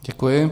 Děkuji.